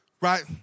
right